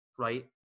right